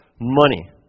money